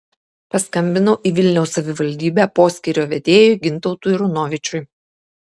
paskambinau į vilniaus savivaldybę poskyrio vedėjui gintautui runovičiui